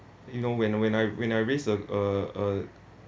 you know when when I when I raise a a a